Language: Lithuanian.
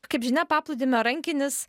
kaip žinia paplūdimio rankinis